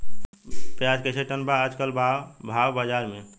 प्याज कइसे टन बा आज कल भाव बाज़ार मे?